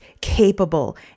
capable